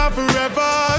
Forever